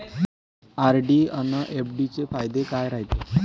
RD अन FD चे फायदे काय रायते?